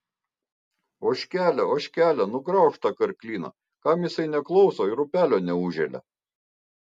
ožkele ožkele nugraužk tą karklyną kam jisai neklauso ir upelio neužželia